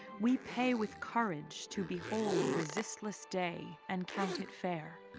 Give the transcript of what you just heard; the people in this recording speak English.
we pay with courage to behold resistless day and counted fair.